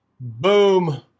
Boom